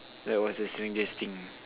that was the strangest thing